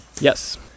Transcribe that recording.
Yes